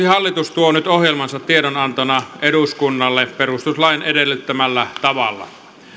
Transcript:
hallitus tuo nyt ohjelmansa tiedonantona eduskunnalle perustuslain edellyttämällä tavalla